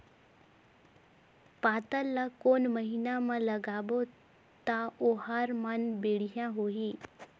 पातल ला कोन महीना मा लगाबो ता ओहार मान बेडिया होही?